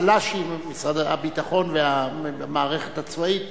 צל"שים משרד הביטחון והמערכת הצבאית.